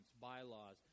bylaws